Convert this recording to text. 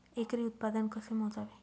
एकरी उत्पादन कसे मोजावे?